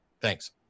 Thanks